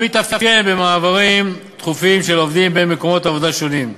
המתאפיין במעברים תכופים של עובדים בין מקומות עבודה שונים.